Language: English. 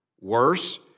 Worse